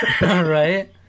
Right